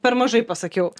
per mažai pasakiau